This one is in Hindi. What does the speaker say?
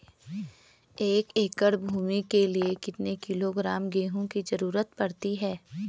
एक एकड़ भूमि के लिए कितने किलोग्राम गेहूँ की जरूरत पड़ती है?